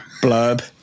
Blurb